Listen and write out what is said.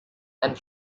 and